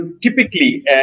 Typically